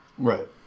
Right